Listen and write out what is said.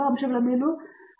ಪ್ರತಾಪ್ ಹರಿಡೋಸ್ ಸರಿ